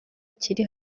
kiri